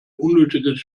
unnötiges